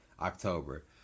October